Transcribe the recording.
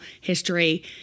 history